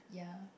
yeah